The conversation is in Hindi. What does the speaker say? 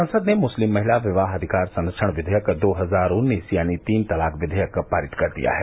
संसद ने मुस्लिम महिला विवाह अधिकार संरक्षण विधेयक दो हजार उन्नीस यानी तीन तलाक विधेयक पारित कर दिया है